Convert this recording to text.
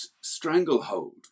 stranglehold